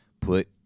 put